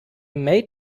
may